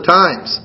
times